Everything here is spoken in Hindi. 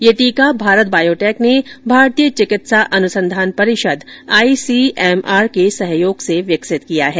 यह टीका भारत बायोटेक ने भारतीय चिकित्सा अनुसंधान परिषद आई सी एम आर के सहयोग से विकसित किया है